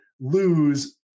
lose